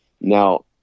now